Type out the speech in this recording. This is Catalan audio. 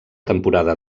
temporada